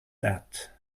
that